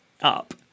up